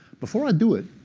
before i do it,